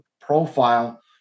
profile